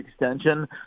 extension